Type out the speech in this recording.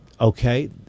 okay